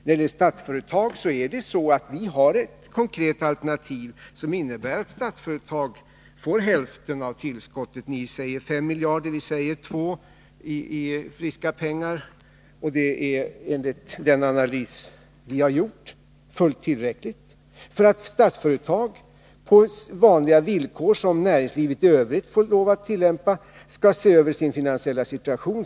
När det gäller Statsföretag har vi ett konkret alternativ, som innebär att Statsföretag får hälften av det tillskott ni föreslår. Ni säger att man skall ge fem miljarder, vi säger två. Det är, enligt den analys vi har gjort, fullt tillräckligt för att Statsföretag — på vanliga villkor, som näringslivet i övrigt får lov att tillämpa — skall kunna bemästra sin finansiella situation.